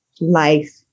life